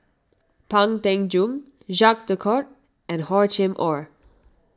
Pang Teck Joon Jacques De Coutre and Hor Chim or